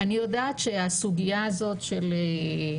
אני יודעת שהסוגיה הזאת של גם